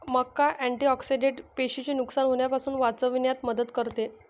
मका अँटिऑक्सिडेंट पेशींचे नुकसान होण्यापासून वाचविण्यात मदत करते